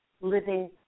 living